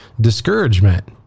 discouragement